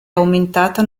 aumentata